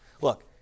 look